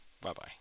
Bye-bye